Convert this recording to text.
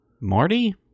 Marty